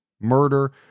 murder